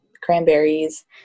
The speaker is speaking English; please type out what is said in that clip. cranberries